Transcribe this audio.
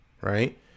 right